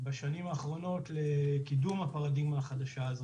בשנים האחרונות בקידום הפרדיגמה החדשה הזו.